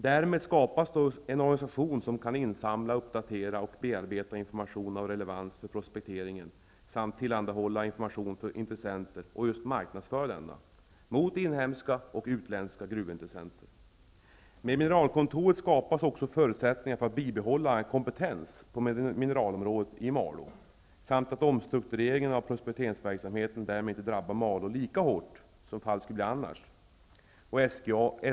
Därmed skapas en organisation som kan samla in, uppdatera och bearbeta information som är relevant för prospekteringen, samt tillhandahålla och marknadsföra information för gruvintressenter -- inhemska och utländska. Med mineralkontoret skapas också förutsättningar för att bibehålla kompetens på mineralområdet i Malå. Omstruktureringen av prospekteringsverksamheten drabbar därmed inte Malå lika hårt som annars skulle bli fallet.